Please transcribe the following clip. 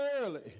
early